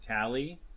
Callie